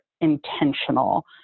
intentional